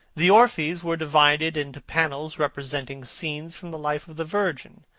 the orphreys were divided into panels representing scenes from the life of the virgin,